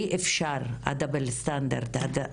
אי אפשר זה הכפל